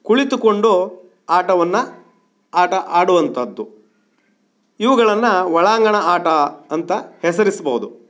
ಕುಳಿತುಕೊಂಡು ಆಟವನ್ನು ಆಟ ಆಡುವಂಥದ್ದು ಇವುಗಳನ್ನು ಒಳಾಂಗಣ ಆಟ ಅಂತ ಹೆಸರಿಸ್ಬೌದು